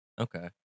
Okay